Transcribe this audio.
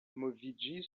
moviĝi